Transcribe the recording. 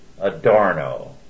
Adorno